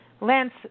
Lance